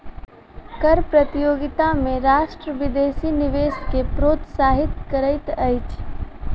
कर प्रतियोगिता में राष्ट्र विदेशी निवेश के प्रोत्साहित करैत अछि